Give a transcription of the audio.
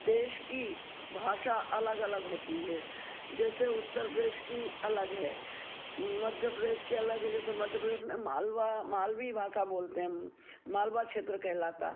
देश की भाषा अलग अलग होती है जैसे उत्तर प्रदेश की अलग है मध्य प्रदेश के अलग है जैसे मध्य प्रदेश में मालवा मालवी भाषा बोलते हैं मालवा क्षेत्र कहलाता